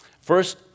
First